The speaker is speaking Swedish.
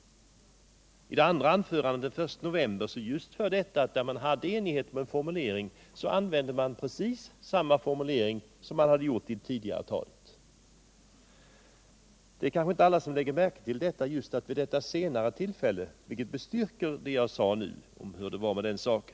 I det andra anförandet, den I november, användes, just därför att enighet rådde, samma formulering som använts i det tidigare talet. Kanske inte alla lägger märke till att uttrycket ”vid detta senare tillfälle” bestyrker vad jag nu har sagt om hur det gick till.